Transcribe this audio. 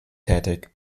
tätig